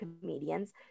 comedians